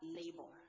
labor